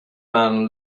man